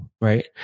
right